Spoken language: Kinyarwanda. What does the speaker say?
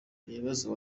ibibazo